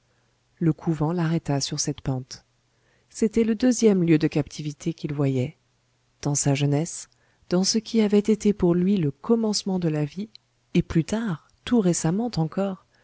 le couvent l'arrêta sur cette pente c'était le deuxième lieu de captivité qu'il voyait dans sa jeunesse dans ce qui avait été pour lui le commencement de la vie et plus tard tout récemment encore